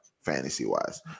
fantasy-wise